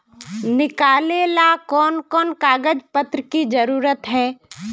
निकाले ला कोन कोन कागज पत्र की जरूरत है?